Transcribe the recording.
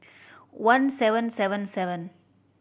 one seven seven seven